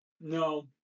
No